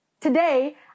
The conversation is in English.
Today